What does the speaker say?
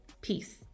Peace